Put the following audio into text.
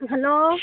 hello